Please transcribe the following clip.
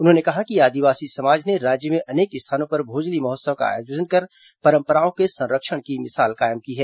उन्होंने कहा कि आदिवासी समाज ने राज्य में अनेक स्थानों पर भोजली महोत्सव का आयोजन कर परम्पराओं के संरक्षण की मिसाल कायम की है